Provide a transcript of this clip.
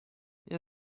nie